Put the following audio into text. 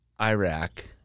Iraq